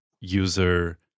user